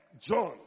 John